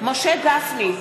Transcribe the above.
משה גפני,